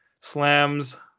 slams